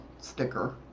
sticker